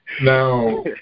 Now